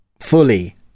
fully